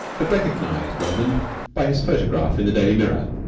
had recognized roland by his photograph in the daily mirror.